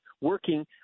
working